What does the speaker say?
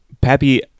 Pappy